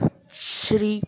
شری